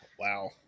Wow